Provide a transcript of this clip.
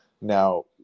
now